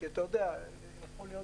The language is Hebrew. יכול להיות